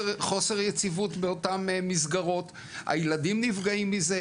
חוסר יציבות באותן מסגרות, הילדים נפגעים מזה.